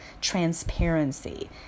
transparency